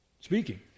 speaking